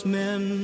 men